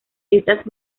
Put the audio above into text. estas